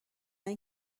این